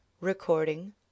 Recording